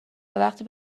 وقتی